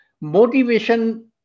motivation